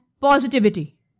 positivity